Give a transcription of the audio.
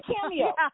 cameo